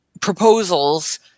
proposals